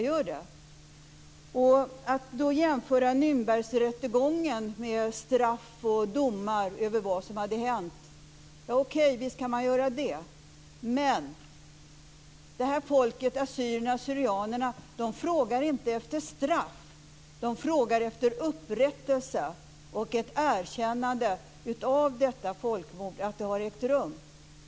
Visst kan man jämföra med Nürnbergrättegången med domar och straffmätning för vad som då hade hänt, men folket assyrianerna/syrianerna frågar inte efter straff utan efter upprättelse och ett erkännande av att detta folkmord har ägt rum.